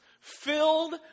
filled